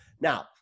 Now